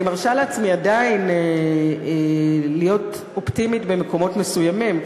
אני מרשה לעצמי עדיין להיות אופטימית במקומות מסוימים,